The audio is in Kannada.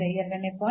ಎರಡನೇ ಪಾಯಿಂಟ್